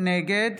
נגד